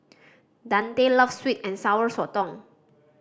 Dante loves sweet and Sour Sotong